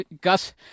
Gus